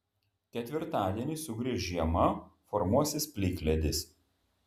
ketvirtadienį sugrįš žiema formuosis plikledis